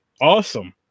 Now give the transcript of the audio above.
Awesome